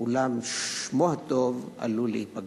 אולם שמו הטוב עלול להיפגע.